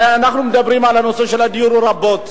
הרי אנחנו מדברים על נושא הדיור רבות,